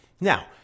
Now